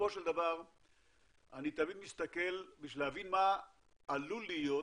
בסופו של דבר בשביל להבין מה עלול להיות